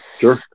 Sure